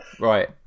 Right